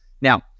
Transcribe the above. Now